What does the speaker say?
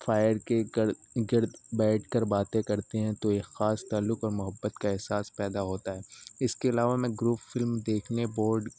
fire کے گرد گرد بیٹھ کر باتیں کرتے ہیں تو یہ خاص تعلق اور محبت کا احساس پیدا ہوتا ہے اس کے علاوہ میں گروپ فلم دیکھنے بورڈ